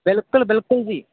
ਬਿਲਕੁਲ ਬਿਲਕੁਲ ਜੀ